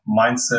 mindset